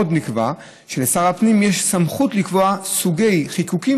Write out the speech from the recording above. עוד נקבע שלשר המשפטים יש סמכות לקבוע סוגי חיקוקים